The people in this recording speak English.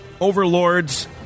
Overlords